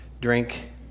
drink